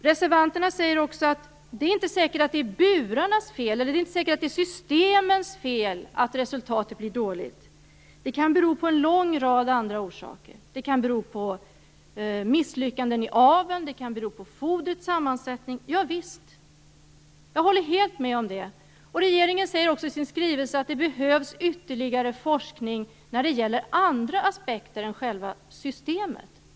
Reservanterna menar att det inte är säkert att det är burarnas eller systemens fel att resultatet blir dåligt. Det kan bero på en lång rad andra saker, t.ex. misslyckanden i aveln och fodrets sammansättning. Jag håller helt med om det. Regeringen säger också i sin skrivelse att det behövs ytterligare forskning kring andra aspekter än själva systemet.